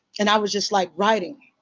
and i was just like. writing.